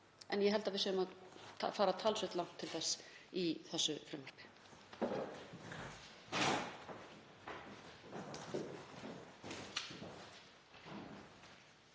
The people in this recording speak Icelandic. en ég held að við séum að fara talsvert langt til þess í þessu frumvarpi.